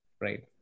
Right